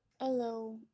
hello